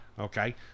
Okay